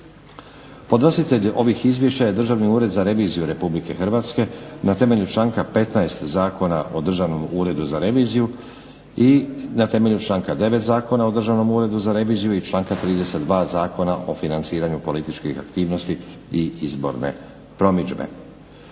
Podnositelj ovih izvješća je Državni ured za reviziju RH na temelju članka 15. Zakona o državnom uredu za reviziju i na temelju članka 9. Zakona o državnom uredu za reviziju i članka 32. Zakona o financiranju političkih aktivnosti i izborne promidžbe.